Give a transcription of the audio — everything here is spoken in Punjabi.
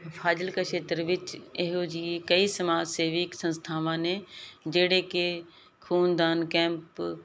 ਫਾਜਿਲਕਾ ਸ਼ੇਤਰ ਵਿੱਚ ਇਹੋ ਜਿਹੀ ਕਈ ਸਮਾਜ ਸੇਵਿਕ ਸੰਸਥਾਵਾਂ ਨੇ ਜਿਹੜੇ ਕਿ ਖੂਨਦਾਨ ਕੈਂਪ